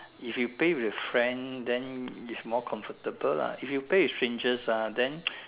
if you play with friend then it's more comfortable lah if you play with strangers ah then